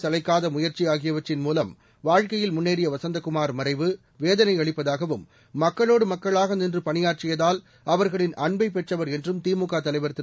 சளைக்காத முயற்சி ஆகியவற்றின் மூலம் வாழ்க்கையில் முன்னேறிய வசந்தகுமார் மறைவு வேதனையளிப்பதாகவும் மக்களோடு மக்களாக நின்று பணியாற்றியதால் அவர்களின் அன்பை பெற்றவர் என்றும் திமுக தலைவர் திரு